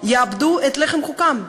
יאבדו את לחם חוקם,